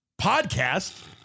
podcast